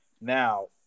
Now